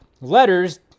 letters